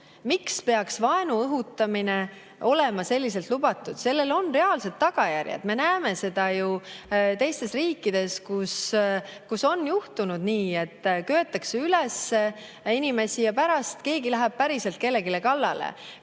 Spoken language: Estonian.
Miks peaks vaenu õhutamine olema selliselt lubatud? Sellel on reaalsed tagajärjed. Me näeme ju teistes riikides, et köetakse inimesi üles ja pärast keegi läheb päriselt kellelegi kallale.